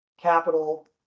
capital